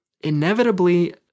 inevitably